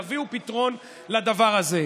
יביאו פתרון לדבר הזה.